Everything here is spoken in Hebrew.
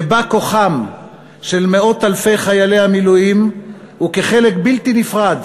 כבא כוחם של מאות אלפי חיילי המילואים וכחלק בלתי נפרד